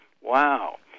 wow